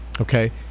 Okay